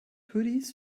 hoodies